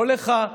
לא לך,